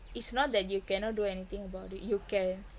it's not that you cannot do anything about it you can